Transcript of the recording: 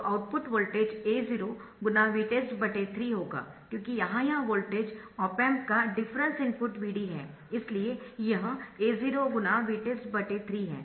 तो output voltage A0 × Vtest 3 होगा क्योंकि यहाँ यह वोल्टेज ऑप एम्प का डिफरेंस इनपुट Vd है इसलिए यह A0 × Vtest3 है